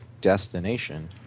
destination